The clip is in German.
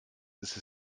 ist